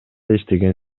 иштеген